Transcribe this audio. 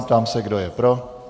Ptám se, kdo je pro.